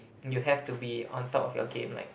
you have to be on top of your game like